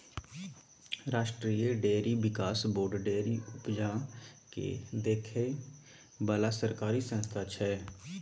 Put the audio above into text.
राष्ट्रीय डेयरी बिकास board dairy उपजा केँ देखै बला सरकारी संस्था छै